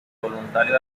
voluntario